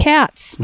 Cats